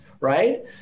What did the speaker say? Right